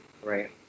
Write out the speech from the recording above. Right